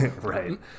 Right